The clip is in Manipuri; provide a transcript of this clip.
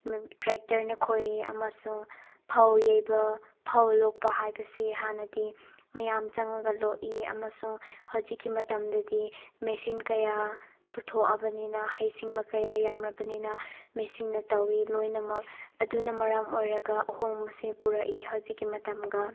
ꯇ꯭ꯔꯦꯛꯇꯔꯅ ꯈꯣꯏ ꯑꯃꯁꯨꯡ ꯐꯧ ꯌꯩꯕ ꯐꯧ ꯂꯣꯛꯄ ꯍꯥꯏꯕꯁꯤ ꯍꯥꯟꯅꯗꯤ ꯃꯌꯥꯝ ꯆꯪꯉꯒ ꯂꯣꯛꯏ ꯑꯃꯁꯨꯡ ꯍꯧꯖꯤꯛꯀꯤ ꯃꯇꯝꯗꯗꯤ ꯃꯦꯁꯤꯟ ꯀꯌꯥ ꯄꯨꯊꯣꯛꯑꯕꯅꯤꯅ ꯍꯩꯁꯤꯡꯕ ꯀꯌꯥ ꯌꯥꯝꯂꯕꯅꯤꯅ ꯃꯦꯁꯤꯟꯅ ꯇꯧꯏ ꯂꯣꯏꯅꯃꯛ ꯑꯗꯨꯅ ꯃꯔꯝ ꯑꯣꯏꯔꯒ ꯑꯍꯣꯡꯕꯁꯦ ꯄꯨꯔꯛꯏ ꯍꯧꯖꯤꯛꯀꯤ ꯃꯇꯝꯒ